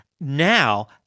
now